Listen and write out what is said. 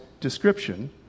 description